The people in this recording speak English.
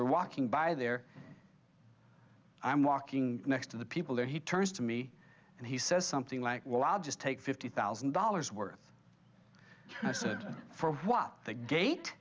we're walking by there i'm walking next to the people there he turns to me and he says something like well i'll just take fifty thousand dollars worth